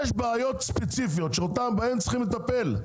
יש בעיות ספציפיות שבהן צריכים לטפל,